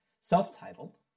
Self-Titled